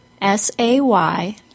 S-A-Y